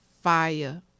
fire